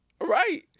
Right